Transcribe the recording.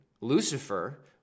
Lucifer